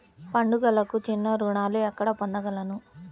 పండుగలకు చిన్న రుణాలు ఎక్కడ పొందగలను?